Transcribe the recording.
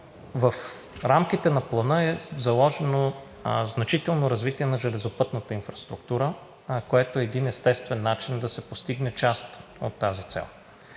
В рамките на Плана е заложено значително развитие на железопътната инфраструктура, което е един естествен начин да се постигне част от тази цел.